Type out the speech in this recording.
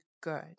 good